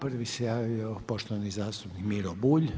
Prvi se javio poštovani zastupnik Miro Bulj.